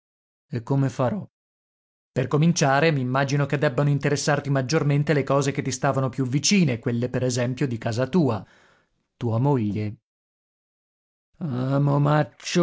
e come farò per cominciare m'immagino che debbano interessarti maggiormente le cose che ti stavano più vicine quelle per esempio di casa tua tua moglie ah